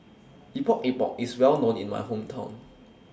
Epok Epok IS Well known in My Hometown